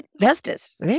justice